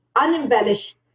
unembellished